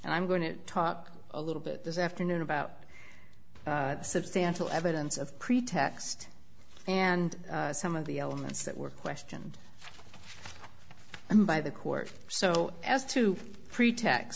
and i'm going to talk a little bit this afternoon about substantial evidence of pretext and some of the elements that were questioned and by the court so as to pre